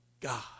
God